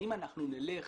אם אנחנו נלך